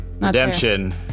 Redemption